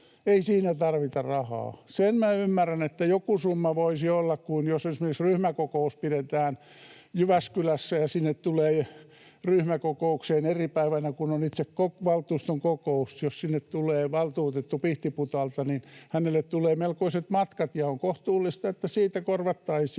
Ei siinä tarvita rahaa. Sen minä ymmärrän, että joku summa voisi olla, jos esimerkiksi ryhmäkokous pidetään Jyväskylässä ja sinne ryhmäkokoukseen tulee eri päivänä kuin on itse valtuuston kokous — jos sinne tulee valtuutettu Pihtiputaalta, niin hänelle tulee melkoiset matkat, ja on kohtuullista, että siitä korvattaisiin